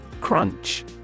Crunch